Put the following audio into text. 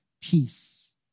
peace